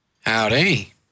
Howdy